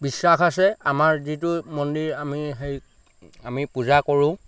বিশ্বাস আছে আমাৰ যিটো মন্দিৰ আমি হেৰি আমি পূজা কৰোঁ